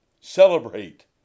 Celebrate